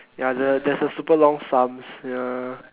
ya the there is a super long sums ya